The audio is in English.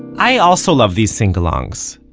i also love these singalongs.